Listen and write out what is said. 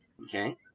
Okay